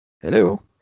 Hello